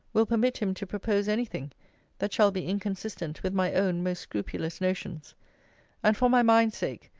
will permit him to propose any thing that shall be inconsistent with my own most scrupulous notions and, for my mind's sake,